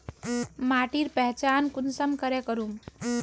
माटिर पहचान कुंसम करे करूम?